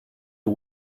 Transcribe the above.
who